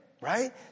Right